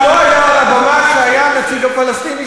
והוא לא היה על הבמה כשהיה הנציג הפלסטיני,